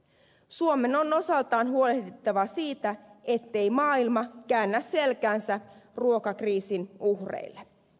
suomen on osaltaan huolehdittava siitä ettei maailma käännä selkäänsä ruokakriisin uhreille